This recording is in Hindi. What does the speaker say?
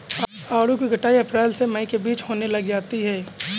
आड़ू की कटाई अप्रैल से मई के बीच होने लग जाती है